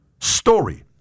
story